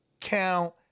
count